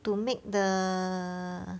to make the